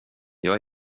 jag